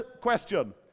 question